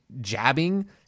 jabbing